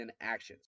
actions